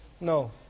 No